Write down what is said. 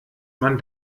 man